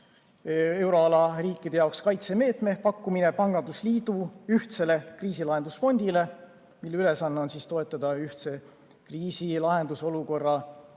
euroala riikide jaoks kaitsemeetme pakkumine pangandusliidu ühtsele kriisilahendusfondile, mille ülesanne on toetada ühtse kriisilahendusolukorra